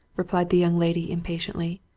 replied the young lady impatiently.